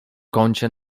kącie